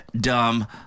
dumb